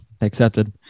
Accepted